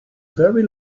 very